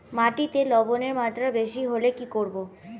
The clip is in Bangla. মাটিতে লবণের মাত্রা বেশি হলে কি করব?